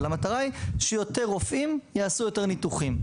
המטרה היא שיותר רופאים יבצעו יותר ניתוחים.